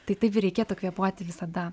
tai taip ir reikėtų kvėpuoti visada